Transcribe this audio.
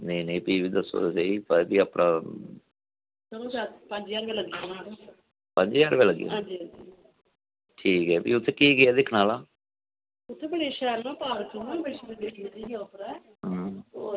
नेई नेई पिह् बी दस्सो ते स्हेई अस बी अपना तुंदा पंज ज्हार रपेया लग्गी जाना हंजी पंज जहार रपेया लगग हंजी हंजी ठीक ऐ फिह् उत्थै केह् केह् दिक्खना उत्थै बडे़ शैल पार्क ना बडे़